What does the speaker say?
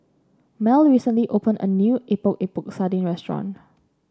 Mell recently opened a new Epok Epok Sardin restaurant